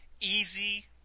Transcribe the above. easy